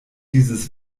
dieses